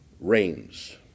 reigns